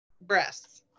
breasts